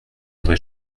andré